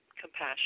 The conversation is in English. compassion